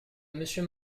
monsieur